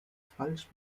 falsch